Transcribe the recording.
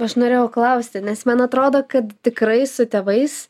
aš norėjau klausti nes man atrodo kad tikrai su tėvais